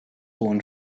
hohen